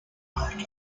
night